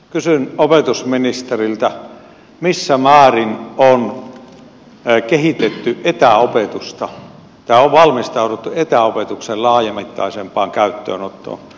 kysyn opetusministeriltä missä määrin on kehitetty etäopetusta tai on valmistauduttu etäopetuksen laajamittaisempaan käyttöönottoon